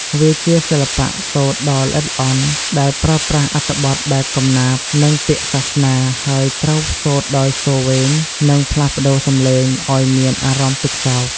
វាជាសិល្បៈសូត្រដ៏ល្អិតល្អន់ ដែលប្រើប្រាស់អត្ថបទបែបកំណាព្យ និងពាក្យសាសនា ហើយត្រូវសូត្រដោយសូរវែង និងផ្លាស់ប្ដូរសំឡេងឲ្យមានអារម្មណ៍ទុក្ខសោក។